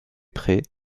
prés